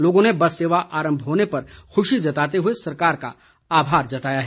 लोगों ने बस सेवा आरम्भ होने पर खुशी जताते हुए सरकार का आभार जताया है